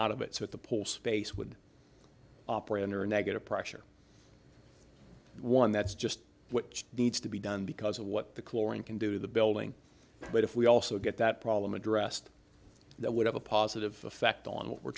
out of it so at the pole space would operate under a negative pressure one that's just which needs to be done because of what the chlorine can do to the building but if we also get that problem addressed that would have a positive effect on what we're